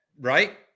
right